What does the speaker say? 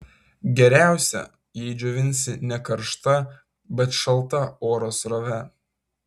geriausia jei džiovinsi ne karšta bet šalta oro srove